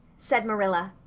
said marilla.